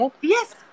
yes